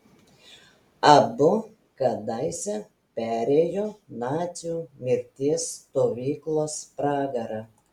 abu kadaise perėjo nacių mirties stovyklos pragarą